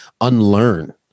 unlearn